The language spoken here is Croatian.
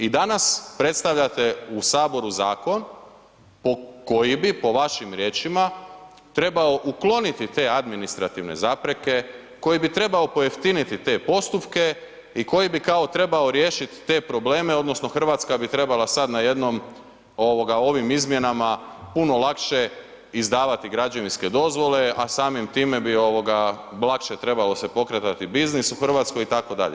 I danas predstavljate u Saboru zakon koji bi po vašim riječima trebao ukloniti te administrativne zapreke koji bi trebao pojeftiniti te postupka i koji bi kao trebao riješiti te probleme odnosno Hrvatska bi trebala sada najednom ovim izmjenama puno lakše izdavati građevinske dozvole, a samim time bi lakše se trebao pokretati biznis u Hrvatskoj itd.